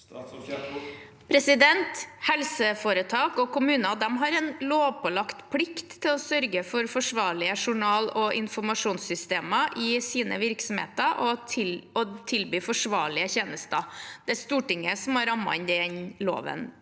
Helseforetak og kommuner har en lovpålagt plikt til å sørge for forsvarlige journal- og informasjonssystemer i sine virksomheter og til å tilby forsvarlige tjenester. Det er Stortinget som har rammet inn den loven.